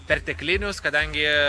perteklinius kadangi